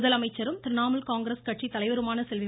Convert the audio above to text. முதலமைச்சரும் திரிணாமுல் காங்கிரஸ் கட்சித் தலைவருமான செல்வி